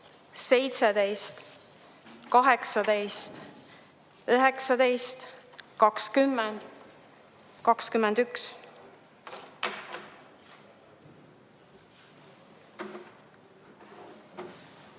17, 18, 19, 20, 21.